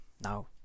now